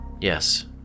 Yes